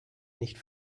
nicht